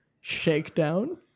Shakedown